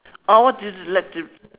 oh what do you like to